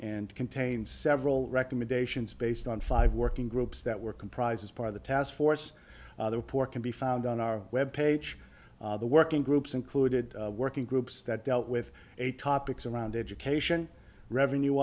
and contains several recommendations based on five working groups that work comprise as part of the task force the poor can be found on our web page the working groups included working groups that dealt with a topics around education revenue